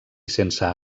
sense